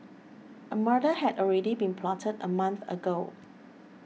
a murder had already been plotted a month ago